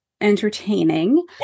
entertaining